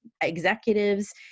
executives